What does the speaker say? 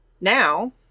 Now